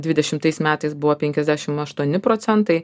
dvidešimtais metais buvo penkiasdešim aštuoni procentai